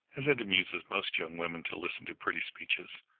as it amuses most young women to listen to pretty speeches.